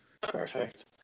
Perfect